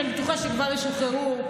שאני בטוחה שכבר ישוחררו,